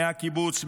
מהקיבוץ,